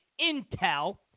intel